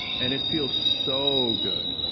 and it feels so good.